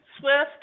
Swift